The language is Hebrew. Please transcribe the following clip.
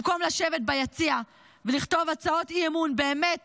במקום לשבת ביציע ולכתוב הצעות אי-אמון באמת